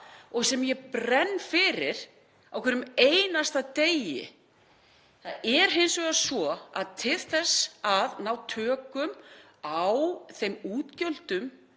sem ég brenn fyrir á hverjum einasta degi. Það er hins vegar svo að til þess að ná tökum á þeim útgjöldum